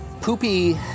poopy